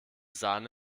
sahne